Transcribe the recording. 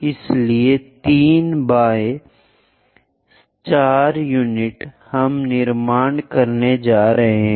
इसलिए 3 by 4 unit हम निर्माण करने जा रहे हैं